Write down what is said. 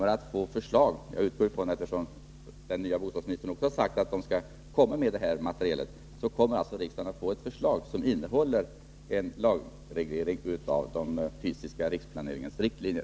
Eftersom den nya bostadsministern har sagt att man skall komma med lagrådsremiss kommer riksdagen i sinom tid att få ett förslag, som antagligen innehåller en lagreglering av den fysiska riksplaneringens riktlinjer.